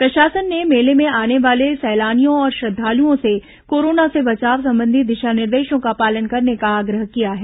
प्रशासन ने मेले में आने वाले सैलानियों और श्रद्धालुओं से कोरोना से बचाव संबंधी दिशा निर्देशों का पालन करने का आग्रह किया है